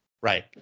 Right